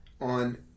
on